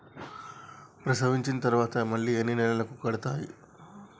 ప్రసవించిన తర్వాత మళ్ళీ ఎన్ని నెలలకు కడతాయి?